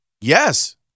Yes